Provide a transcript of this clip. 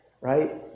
right